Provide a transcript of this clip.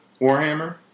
Warhammer